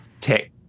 tech